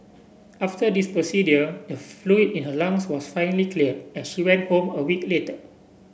after this procedure the fluid in her lungs was finally cleared and she went home a week later